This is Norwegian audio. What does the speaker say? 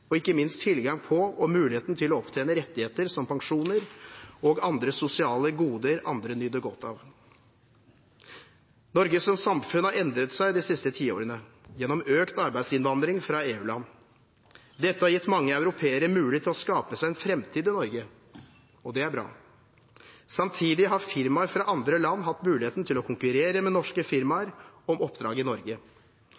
og ikke minst tilgang på – og mulighet til å opptjene – rettigheter som pensjoner og andre sosiale goder andre nyter godt av. Norge som samfunn har endret seg de siste tiårene gjennom økt arbeidsinnvandring fra EU-land. Dette har gitt mange europeere mulighet til å skape seg en framtid i Norge. Det er bra. Samtidig har firmaer fra andre land hatt muligheten til å konkurrere med norske firmaer om oppdrag i Norge.